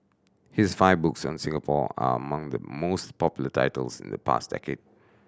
his five books on Singapore are among the most popular titles in the past decade